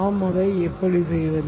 நாம் அதை எப்படி செய்வது